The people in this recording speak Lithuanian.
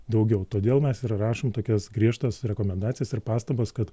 daugiau todėl mes ir rašom tokias griežtas rekomendacijas ir pastabas kad